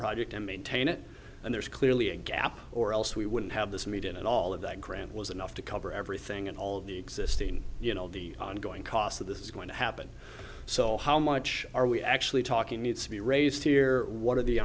project and maintain it and there's clearly a gap or else we wouldn't have this meeting and all of that grant was enough to cover everything and all of the existing you know the ongoing cost of this is going to happen so how much are we actually talking needs to be raised here what are the